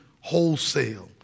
wholesale